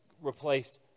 replaced